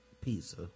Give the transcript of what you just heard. pizza